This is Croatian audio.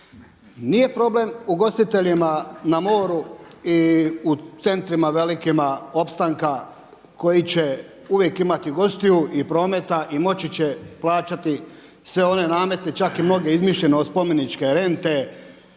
Nije problem ugostiteljima na moru i u centrima velikima opstanka koji će uvijek imati gostiju i prometa i moći će plaćati sve one namete čak i mnoge izmišljene od spomeničke rente,